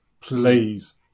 Please